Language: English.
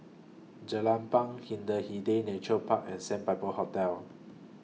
Jelapang Hindhede Nature Park and Sandpiper Hotel